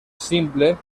simple